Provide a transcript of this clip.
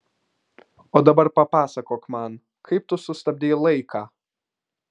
o dabar papasakok man kaip tu sustabdei laiką